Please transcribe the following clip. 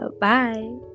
bye